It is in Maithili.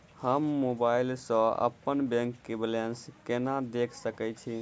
हम मोबाइल सा अपने बैंक बैलेंस केना देख सकैत छी?